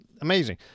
amazing